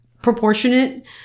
proportionate